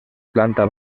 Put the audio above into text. planta